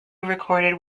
recorded